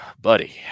Buddy